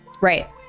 Right